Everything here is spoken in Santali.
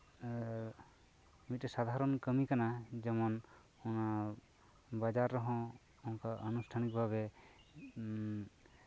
ᱢᱤᱫᱴᱮᱱ ᱥᱟᱫᱷᱟᱨᱚᱱ ᱠᱟᱹᱢᱤ ᱠᱟᱱᱟ ᱡᱮᱢᱚᱱ ᱵᱟᱡᱟᱨ ᱨᱮᱦᱚᱸ ᱚᱱᱠᱟ ᱟᱱᱩᱥᱴᱷᱟᱱᱤᱠ ᱵᱷᱟᱵᱮ